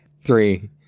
Three